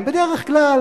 הם בדרך כלל